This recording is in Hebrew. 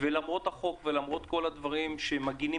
ולמרות החוק ולמרות כל הדברים שמגנים,